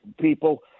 people